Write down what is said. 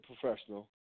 professional